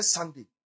Sunday